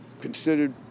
considered